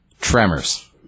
Tremors